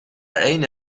عین